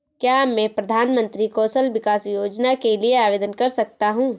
क्या मैं प्रधानमंत्री कौशल विकास योजना के लिए आवेदन कर सकता हूँ?